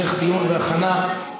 אני אדבר,